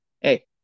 Hey